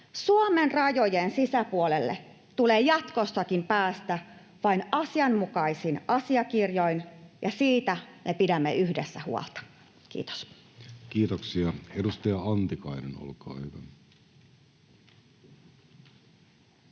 Suomen rajojen sisäpuolelle tulee jatkossakin päästä vain asianmukaisin asiakirjoin, ja siitä me pidämme yhdessä huolta. — Kiitos. [Speech 115] Speaker: